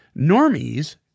normies